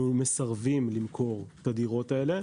אנחנו מסרבים למכור את הדירות האלה.